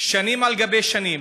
שנים על גבי שנים.